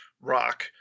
rock